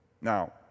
Now